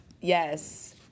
Yes